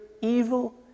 evil